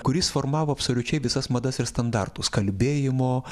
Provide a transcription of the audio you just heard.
kuris formavo absoliučiai visas madas ir standartus kalbėjimo